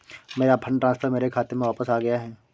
मेरा fund transfer मेरे खाते में वापस आ गया है